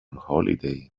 holiday